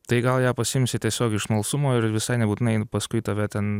tai gal ją pasiimsi tiesiog iš smalsumo ir visai nebūtinai paskui tave ten